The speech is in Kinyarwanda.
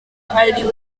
ari